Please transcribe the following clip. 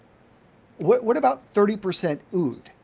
what what about thirty percent oud?